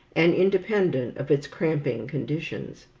and independent of its cramping conditions.